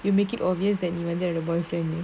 you make it obvious that you went there with the boyfriend